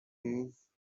arise